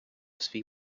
свій